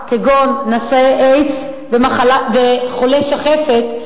כגון נשאי איידס וחולי שחפת,